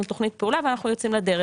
ואז אנחנו יוצאים לדרך.